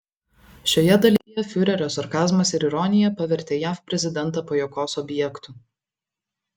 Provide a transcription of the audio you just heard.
šioje dalyje fiurerio sarkazmas ir ironija pavertė jav prezidentą pajuokos objektu